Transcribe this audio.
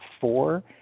four